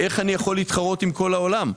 איך אני יכול להתחרות עם כל העולם?